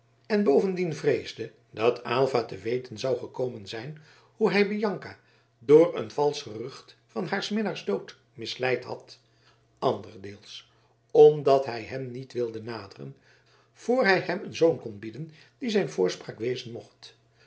en bovendien vreesde dat aylva te weten zou gekomen zijn hoe hij bianca door een valsch gerucht van haars minnaars dood misleid had anderdeels omdat hij hem niet wilde naderen voor hij hem een zoon kon bieden die zijn voorspraak wezen mocht